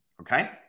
okay